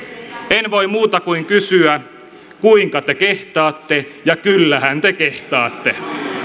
en voi muuta kuin kysyä kuinka te kehtaatte ja kyllähän te kehtaatte